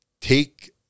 take